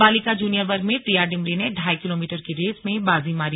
बालिका जूनियर वर्ग में प्रिया डिमरी ने ढाई किलोमीटर की रेस में बाजी मारी